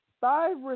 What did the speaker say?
Five